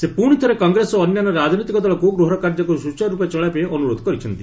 ସେ ପୁଣି ଥରେ କଂଗ୍ରେସ ଓ ଅନ୍ୟାନ୍ୟ ରାଜନୈତିକ ଦଳକୁ ଗୃହର କାର୍ଯ୍ୟକୁ ସୁଚାରୁରୂପେ ଚଳାଇବାପାଇଁ ଅନୁରୋଧ କରିଛନ୍ତି